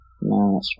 No